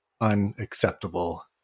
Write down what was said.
Unacceptable